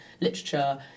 literature